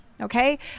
Okay